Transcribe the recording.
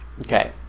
Okay